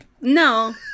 No